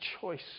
choice